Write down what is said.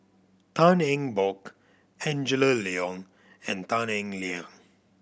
Tan Eng Bock Angela Liong and Tan Eng Liang